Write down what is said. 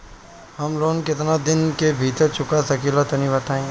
हम लोन केतना दिन के भीतर चुका सकिला तनि बताईं?